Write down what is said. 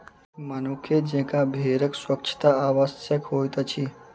मनुखे जेंका भेड़क स्वच्छता आवश्यक होइत अछि